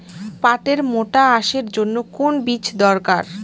পাটের মোটা আঁশের জন্য কোন বীজ দরকার?